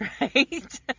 right